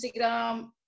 Instagram